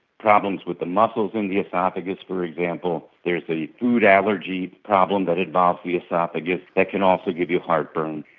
problems with the muscles in the oesophagus, for example, there's a food allergy problem that involves the oesophagus that can also give you heartburn,